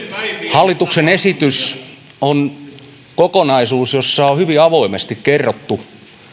hallituksen esitys on kokonaisuus jossa on hyvin avoimesti kerrottu